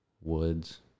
woods